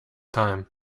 time